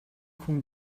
хүн